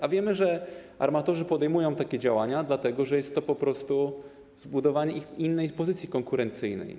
A wiemy, że armatorzy podejmują takie działania, dlatego że jest to po prostu zbudowanie innej pozycji konkurencyjnej.